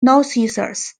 narcissus